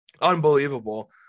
unbelievable